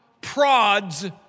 prods